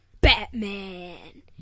Batman